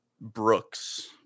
Brooks